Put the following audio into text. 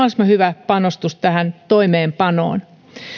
olisi mahdollisimman hyvä panostus tähän toimeenpanoon